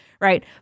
right